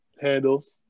handles